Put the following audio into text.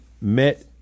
met